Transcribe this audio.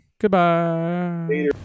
Goodbye